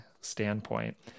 standpoint